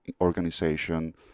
organization